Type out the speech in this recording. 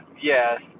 yes